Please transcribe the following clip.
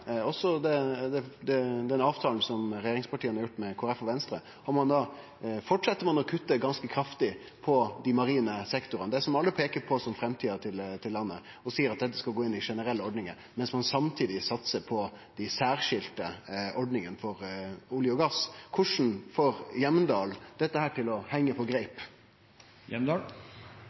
ein også fjerna den avtalen som regjeringspartia har gjort med Kristeleg Folkeparti og Venstre, der ein held fram med å kutte ganske kraftig på den marine sektoren – den som alle peiker på som framtida til landet, og ein seier at dette skal gå inn i den generelle ordninga, mens ein samtidig satsar på dei særskilte ordningane for olje og gass. Korleis får representanten Hjemdal dette til å henge på